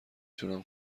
تونم